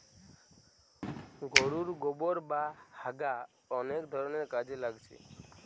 গোরুর গোবোর বা হাগা অনেক ধরণের কাজে লাগছে